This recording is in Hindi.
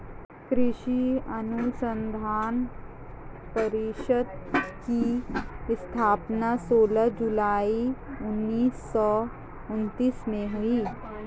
कृषि अनुसंधान परिषद की स्थापना सोलह जुलाई उन्नीस सौ उनत्तीस में हुई